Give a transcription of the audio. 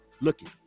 Looking